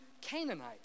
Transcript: Canaanite